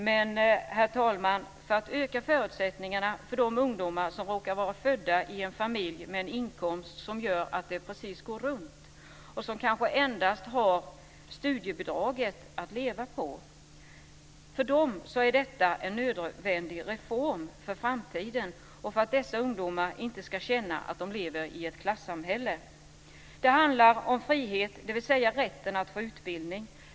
Men, herr talman, för att öka förutsättningarna för de ungdomar som råkar vara födda i en familj med en inkomst som gör att det precis går runt och som kanske endast har studiebidraget att leva på är detta en nödvändig reform för framtiden och för att dessa ungdomar inte ska känna att de lever i ett klassamhälle. Det handlar om frihet, dvs. rätten att få utbildning.